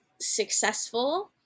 successful